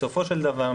בסופו של דבר,